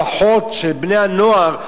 לפחות של בני-הנוער,